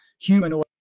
humanoid